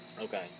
Okay